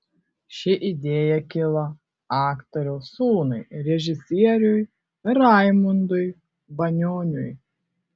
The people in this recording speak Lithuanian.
ši idėja kilo aktoriaus sūnui režisieriui raimundui banioniui